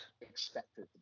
expected